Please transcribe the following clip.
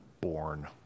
born